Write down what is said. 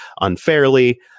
unfairly